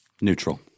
neutral